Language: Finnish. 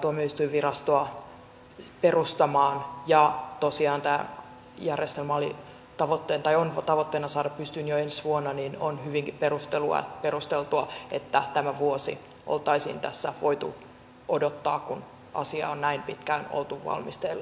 tuomioistuinvirastoa perustamaan ja tosiaan tämä järjestelmä on tavoitteena saada pystyyn jo ensi vuonna niin on hyvinkin perusteltua että tämä vuosi oltaisiin tässä voitu odottaa kun asia on näin pitkään ollut valmisteilla